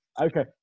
Okay